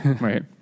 Right